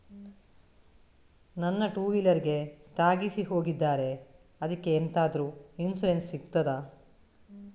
ನನ್ನ ಟೂವೀಲರ್ ಗೆ ತಾಗಿಸಿ ಹೋಗಿದ್ದಾರೆ ಅದ್ಕೆ ಎಂತಾದ್ರು ಇನ್ಸೂರೆನ್ಸ್ ಸಿಗ್ತದ?